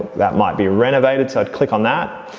that might be renovated. so, i'd click on that.